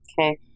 Okay